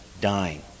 dying